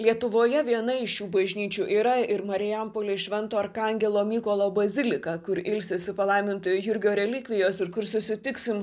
lietuvoje viena iš šių bažnyčių yra ir marijampolės švento arkangelo mykolo bazilika kur ilsisi palaimintojo jurgio relikvijos ir kur susitiksim